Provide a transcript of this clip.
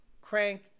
crank